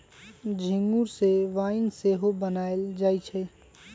इंगूर से वाइन सेहो बनायल जाइ छइ